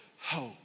hope